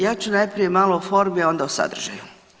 Ja ću najprije malo o formi, a onda o sadržaju.